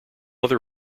other